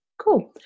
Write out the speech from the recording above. Cool